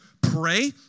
pray